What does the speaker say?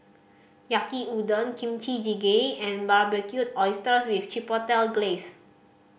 Yaki Udon Kimchi Jjigae and Barbecued Oysters with Chipotle Glaze